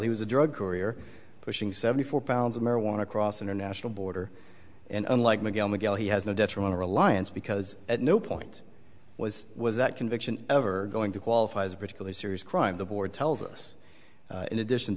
he was a drug career pushing seventy four pounds of marijuana across international border and unlike miguel miguel he has no detriment to reliance because at no point was was that conviction ever going to qualify as a particularly serious crime the board tells us in addition